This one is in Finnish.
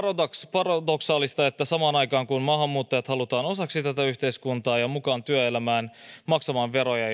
paradoksaalista että samaan aikaan kun maahanmuuttajat halutaan osaksi tätä yhteiskuntaa ja mukaan työelämään maksamaan veroja